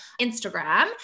Instagram